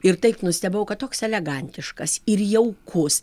ir taip nustebau kad toks elegantiškas ir jaukus